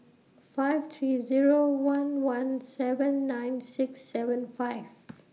five three Zero one one seven nine six seven five